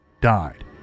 died